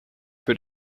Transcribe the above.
für